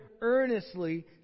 earnestly